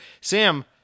Sam